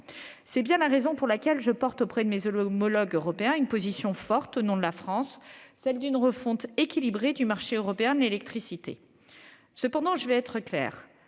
C'est bien la raison pour laquelle je défends, face à mes homologues européens, une position forte au nom de la France : celle d'une refonte équilibrée du marché européen de l'électricité. Cependant, je veux être claire